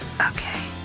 okay